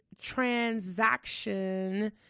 transaction